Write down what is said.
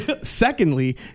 Secondly